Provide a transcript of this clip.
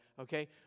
okay